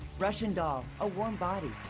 russian doll, a warm body,